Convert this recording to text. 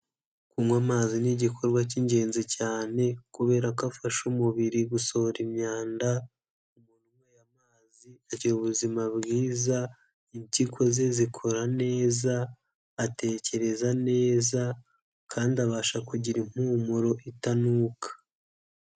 Kunywa amazi ni igikorwa cy'ingenzi cyane kubera ko afasha umubiri gusohora imyanda, umuntu unyweye amazi agira ubuzima bwiza, impyiko ze zikora neza, atekereza neza kandi abasha kugira impumuro itanuka.